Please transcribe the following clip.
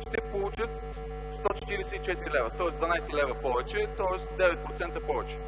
ще получава 144 лв., тоест 12 лв. повече, 9% повече.